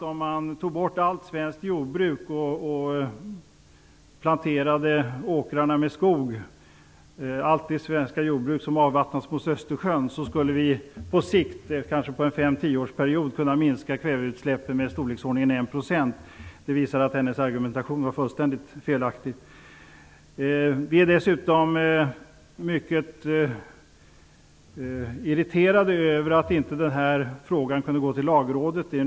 Om man tog bort hela det svenska jordbruk som avvattnas ut i Östersjön och planterade åkrarna med skog skulle vi kanske efter en 5-10-årsperiod kunna minska kväveutsläppen med i storleksordningen 1 procent. Detta visar att Anna Lindhs argumentation var fullständigt felaktig. Dessutom är vi mycket irriterade över att den här frågan inte remitteras till Lagrådet.